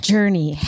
Journey